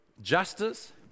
justice